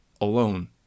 alone